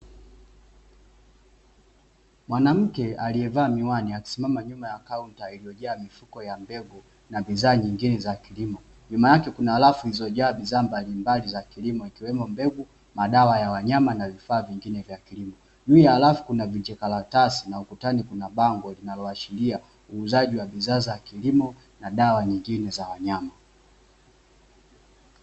Mwanamke aliyevaa miwani akisimama nyuma ya kaunta iliyojaa mifuko ya mbegu na bidhaa nyingine za kilimo. Nyuma yake kuna rafu zilizojaa bidhaa mbalimbali za kilimo, ikiwemo mbegu, madawa ya wanyama, na vifaa vingine vya kilimo. Juu ya rafu kuna vijikaratasi, na ukutani kuna bango linaloshiria uuzaji wa bidhaa za kilimo, na dawa nyingine za wanyama.